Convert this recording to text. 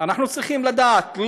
אנחנו צריכים לדעת,